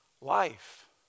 life